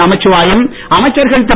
நமச்சிவாயம் அமைச்சர்கள் திரு